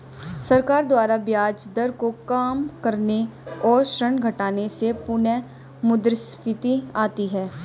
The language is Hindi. सरकार के द्वारा ब्याज दर को काम करने और ऋण घटाने से पुनःमुद्रस्फीति आती है